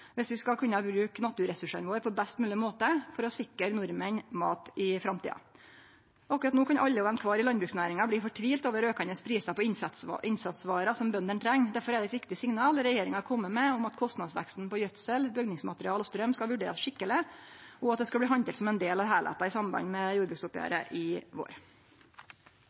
viss ein skal kunne bruke naturressursane våre på best mogleg måte for å sikre nordmenn mat i framtida. Akkurat no kan kvar og ein i landbruksnæringa bli fortvilt over aukande prisar på innsatsvarer som bøndene treng. Derfor er det eit viktig signal regjeringa har kome med, om at kostnadsveksten på gjødsel, bygningsmaterialar og straum skal vurderast skikkeleg, og at dette skal bli handtert som ein del av heilskapen i samband med jordbruksoppgjeret i vår.